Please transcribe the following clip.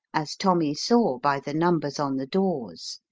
as tommy saw by the numbers on the doors.